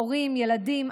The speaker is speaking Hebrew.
הורים ילדים,